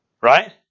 right